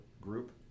group